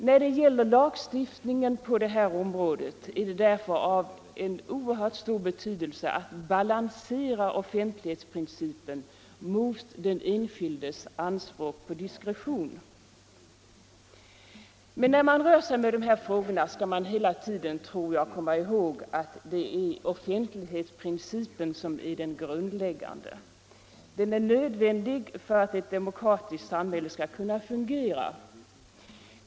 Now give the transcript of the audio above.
När det gäller lagstiftningen på detta område är det därför av oerhört stor betydelse att balansera offentlighetsprincipen mot den enskildes anspråk på diskretion. Men när man rör sig med dessa frågor skall man hela tiden komma ihåg att det är offentlighetsprincipen som är den grundläggande. Den är nödvändig för att ett demokratiskt samhälle skall kunna fungera.